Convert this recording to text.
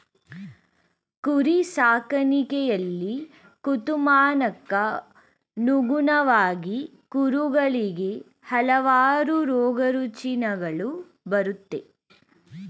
ಕುರಿ ಸಾಕಾಣಿಕೆಯಲ್ಲಿ ಋತುಮಾನಕ್ಕನುಗುಣವಾಗಿ ಕುರಿಗಳಿಗೆ ಹಲವಾರು ರೋಗರುಜಿನಗಳು ಬರುತ್ತೆ